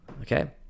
okay